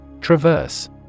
Traverse